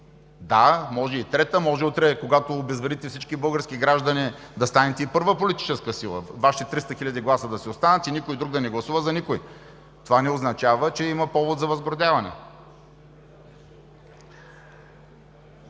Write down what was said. Да, може и трета, може утре, когато обезверите всички български граждани, да станете и първа политическа сила, Вашите 300 хиляди гласове да си останат и никой друг да не гласува за никого. Това не означава, че има повод за възгордяване.